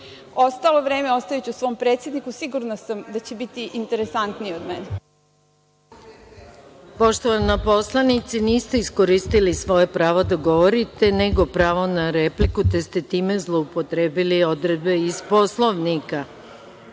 vreme ostaviću svom predsedniku, sigurna sam da će biti interesantniji od mene. **Maja Gojković** Poštovana poslanice, niste iskoristili svoje pravo da govorite, nego prava na repliku, te ste time zloupotrebili odredbe iz Poslovnika.